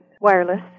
wireless